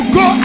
go